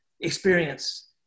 experience